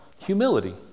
Humility